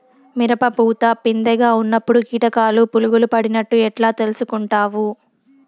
మిరప పూత పిందె గా ఉన్నప్పుడు కీటకాలు పులుగులు పడినట్లు ఎట్లా తెలుసుకుంటావు?